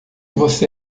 você